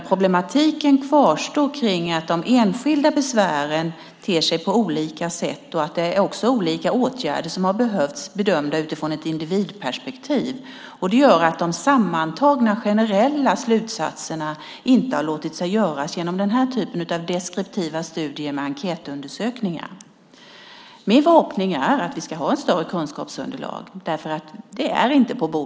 Problematiken kvarstår när det gäller att de enskilda besvären ter sig på olika sätt och att olika åtgärder har behövts - bedömda i ett individperspektiv. Det gör att sammantagna generella slutsatser inte har låtit sig göras genom den här typen av deskriptiva studier - med enkätundersökningar. Min förhoppning är att vi får ett större kunskapsunderlag. Ett sådant finns ju inte i dag på bordet.